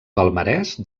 palmarès